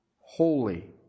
holy